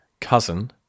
cousin